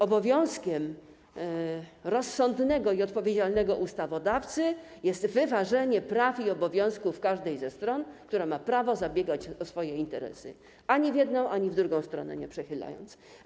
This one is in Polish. Obowiązkiem rozsądnego i odpowiedzialnego ustawodawcy jest wyważenie praw i obowiązków każdej ze stron, która ma prawo zabiegać o swoje interesy, ani w jedną, ani w drugą stronę nie przechylając.